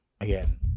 again